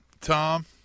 Tom